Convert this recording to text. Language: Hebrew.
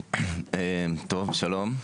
בבקשה.